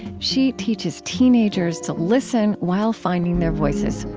she teaches teenagers to listen while finding their voices.